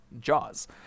Jaws